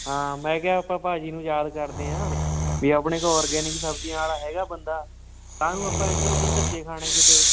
ਹਾਂ ਮੈਂ ਕਿਹਾ ਆਪਾਂ ਭਾਅ ਜੀ ਨੂੰ ਯਾਦ ਕਰਦੇ ਹਾਂ ਵੀ ਆਪਣੇ ਕੋਲ ਔਰਗੈਨਿਕ ਸਬਜ਼ੀਆਂ ਵਾਲਾ ਹੈਗਾ ਬੰਦਾ ਕਾਹਨੂੰ ਆਪਾਂ ਇੱਧਰ ਉੱਧਰ ਧੱਕੇ ਖਾਣੇ ਕਿਤੇ